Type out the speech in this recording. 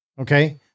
okay